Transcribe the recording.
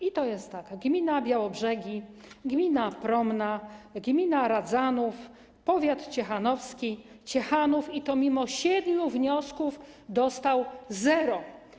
I to jest tak: gmina Białobrzegi, gmina Promna, gmina Radzanów, powiat ciechanowski, Ciechanów, i to mimo siedmiu wniosków, dostały zero.